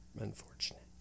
unfortunate